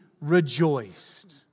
rejoiced